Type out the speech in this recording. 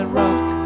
rock